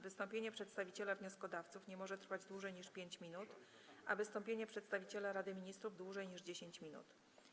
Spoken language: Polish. Wystąpienie przedstawiciela wnioskodawców nie może trwać dłużej niż 5 minut, a wystąpienie przedstawiciela Rady Ministrów - dłużej niż 10 minut.